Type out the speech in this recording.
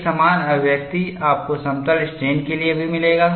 एक समान अभिव्यक्ति आपको समतल स्ट्रेन के लिए भी मिलेगा